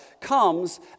comes